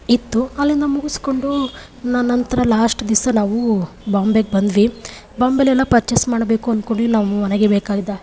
ಇತ್ತು ಅಲ್ಲಿಂದ ಮುಗಿಸ್ಕೊಂಡು ನಾವು ನಂತರ ಲಾಸ್ಟ್ ದಿವಸ ನಾವು ಬಾಂಬೆಗೆ ಬಂದ್ವಿ ಬಾಂಬೆಲಿ ಎಲ್ಲ ಪರ್ಚೇಸ್ ಮಾಡಬೇಕು ಅಂದ್ಕೊಂಡ್ವಿ ನಾವು ನಮಗೆ ಬೇಕಾದ